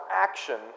action